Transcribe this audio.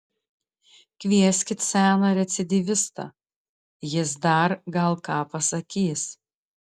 kvieskit seną recidyvistą jis dar gal ką pasakys